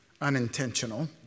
unintentional